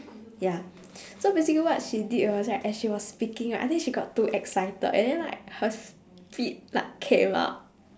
ya so basically what she did was right as she was speaking right I think she got too excited and then like her spit like came out